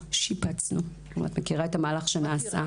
שיפצנו ואת מכירה את המהלך שנעשה,